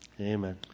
amen